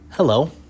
Hello